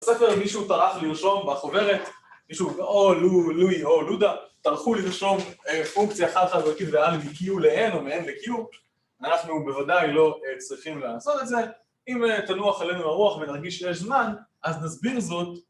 בספר מישהו טרח לרשום, בחוברת, מישהו, או לואי או לודה, טרחו לרשום פונקציה חד-חד-ערכית ועל מ-q ל-n או מ-n ל-q אנחנו בוודאי לא צריכים לעשות את זה. אם תנוח עלינו הרוח ונרגיש שיש זמן, אז נסביר זאת...